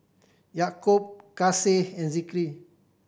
Yaakob Kasih and Zikri